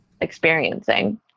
experiencing